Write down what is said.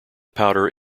powder